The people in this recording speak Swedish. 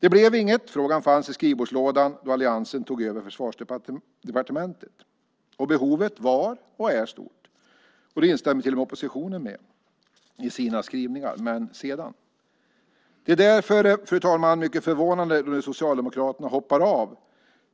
Det blev inget av detta. Frågan fanns i skrivbordslådan då alliansen tog över Försvarsdepartementet. Behovet var, och är, stort. Det instämmer till och med oppositionen i sina skrivningar i. Men sedan? Därför är det, fru talman, mycket förvånande att Socialdemokraterna hoppar av.